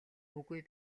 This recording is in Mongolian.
үгүй